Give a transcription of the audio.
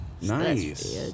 Nice